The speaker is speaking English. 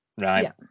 Right